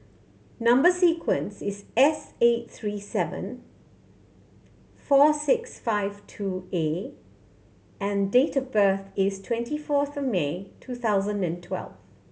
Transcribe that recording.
number sequence is S eight three seven four six five two A and date of birth is twenty fourth May two thousand and twelve